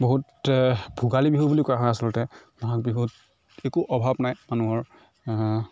বহুত ভোগালী বিহু বুলি কোৱা হয় আচলতে মাঘ বিহুত একো অভাৱ নাই মানুহৰ